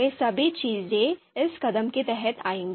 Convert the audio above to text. वे सभी चीजें इस कदम के तहत आएंगी